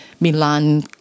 Milan